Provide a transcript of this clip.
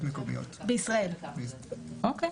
המקומי"; אוקיי.